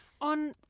On